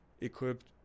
equipped